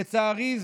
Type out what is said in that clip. לצערי,